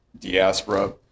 diaspora